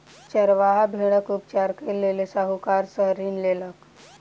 चरवाहा भेड़क उपचारक लेल साहूकार सॅ ऋण लेलक